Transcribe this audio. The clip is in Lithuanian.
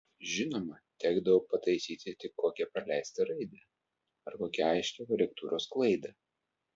žinoma tekdavo pataisyti tik kokią praleistą raidę ar kokią aiškią korektūros klaidą